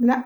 لا